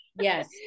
Yes